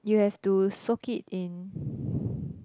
you have to soak it in